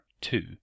two